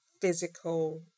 physical